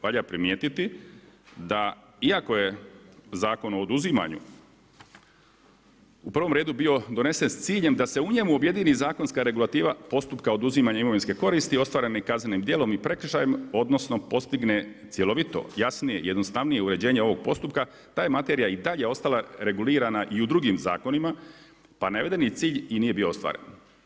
Valja primijetiti da iako je Zakon o oduzimanju u prvo redu bio donesen s ciljem da se u njemu objedini zakonska regulativa postupka oduzimanja imovinske koristi ostvarene kaznenim djelom i prekršajem, odnosno postigne cjelovito, jasnije, jednostavnije uređenje ovog postupka, ta je materija i dalje ostala regulirana i u drugim zakonima pa navedeni cilj i nije bio ostvaren.